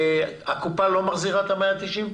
הקופה לא מחזירה את ה-190?